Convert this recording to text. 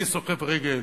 אני סוחב רגל,